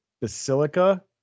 basilica